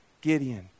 Gideon